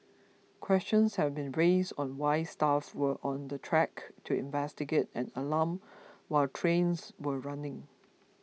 questions have been raised on why staff were on the track to investigate an alarm while trains were running